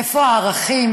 איפה הערכים?